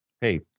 Hey